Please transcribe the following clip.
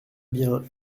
bien